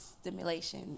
stimulation